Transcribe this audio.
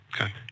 Okay